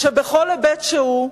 שבכל היבט שהוא,